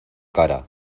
cara